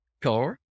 car